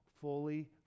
fully